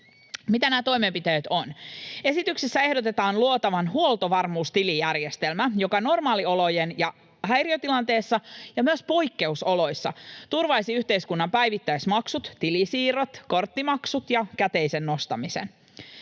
Mitä nämä toimenpiteet ovat? Esityksessä ehdotetaan luotavan huoltovarmuustilijärjestelmä, joka normaaliolojen häiriötilanteissa ja myös poikkeusoloissa turvaisi yhteiskunnan päivittäismaksut, tilisiirrot, korttimaksut ja käteisen nostamisen.